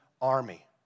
army